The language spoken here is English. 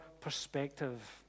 perspective